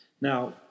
Now